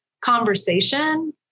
conversation